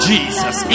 Jesus